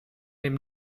dem